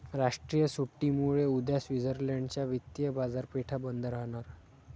राष्ट्रीय सुट्टीमुळे उद्या स्वित्झर्लंड च्या वित्तीय बाजारपेठा बंद राहणार